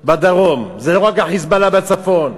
בדרום, זה לא רק ה"חיזבאללה" בצפון,